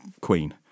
queen